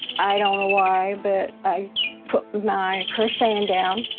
i don't know why, but i put my crocheting down